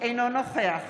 אינו נוכח